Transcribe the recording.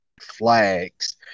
flags